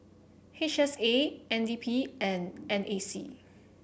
H S A N D P and N A C